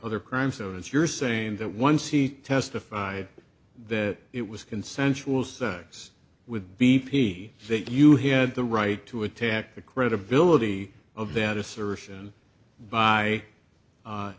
other crime so if you're saying that once he testified that it was consensual sex with b p that you had the right to attack the credibility of that assertion by